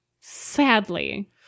Sadly